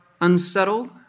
unsettled